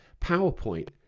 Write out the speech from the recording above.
PowerPoint